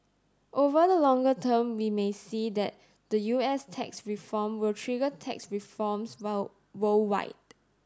over the longer term we may see that the U S tax reform will trigger tax reforms worldwide